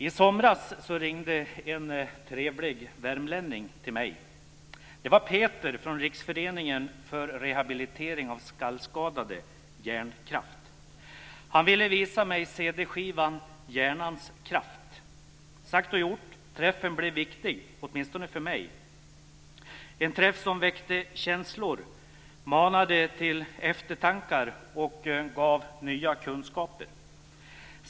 I somras ringde en trevlig värmlänning till mig. Det var Peter från riksföreningen för rehabilitering av skallskadade, Hjärnkraft. Han ville visa mig cd-skivan Hjärnans kraft. Sagt och gjort. Träffen blev viktig, åtminstone för mig. Det var en träff som väckte känslor, manade till eftertanke och gav nya kunskaper.